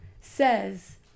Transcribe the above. says